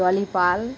Dolly Pal